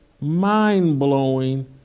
mind-blowing